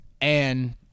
And-